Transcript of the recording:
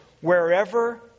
wherever